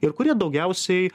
ir kurie daugiausiai